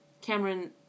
Cameron